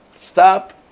stop